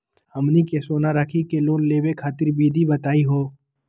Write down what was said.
हमनी के सोना रखी के लोन लेवे खातीर विधि बताही हो?